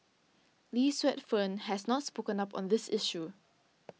Lee Suet Fern has not spoken up on this issue